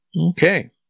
Okay